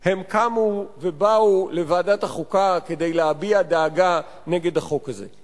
הם קמו ובאו לוועדת החוקה כדי להביע דאגה בשל החוק הזה.